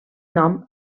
nom